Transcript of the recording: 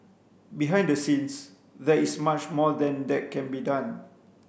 behind the scenes there is much more than that can be done